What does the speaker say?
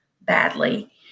badly